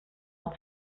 hat